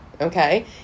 okay